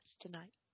tonight